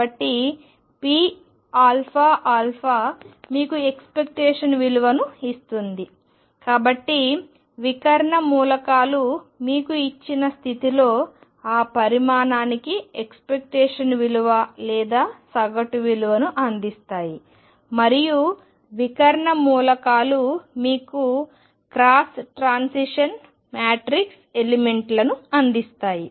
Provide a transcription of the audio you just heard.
కాబట్టి pαα మీకు ఎక్స్పెక్టేషన్ విలువను ఇస్తుంది కాబట్టి వికర్ణ మూలకాలు మీకు ఇచ్చిన స్థితిలో ఆ పరిమాణానికి ఎక్స్పెక్టేషన్ విలువ లేదా సగటు విలువను అందిస్తాయి మరియు వికర్ణ మూలకాలు మీకు క్రాస్ ట్రాన్సిషన్ మ్యాట్రిక్స్ ఎలిమెంట్లను అందిస్తాయి